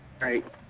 Right